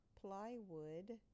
plywood